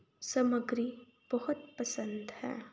ਸਮੱਗਰੀ ਬਹੁਤ ਪਸੰਦ ਹੈ